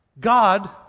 God